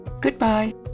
Goodbye